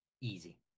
Easy